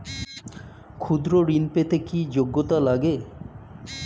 ক্ষুদ্র ঋণ পেতে কি যোগ্যতা লাগে?